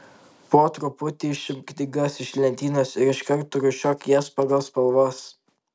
po truputį išimk knygas iš lentynos ir iškart rūšiuok jas pagal spalvas